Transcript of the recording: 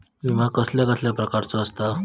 विमा कसल्या कसल्या प्रकारचो असता?